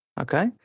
Okay